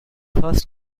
first